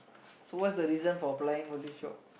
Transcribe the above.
so what's the reason for applying for this job